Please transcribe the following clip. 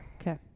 okay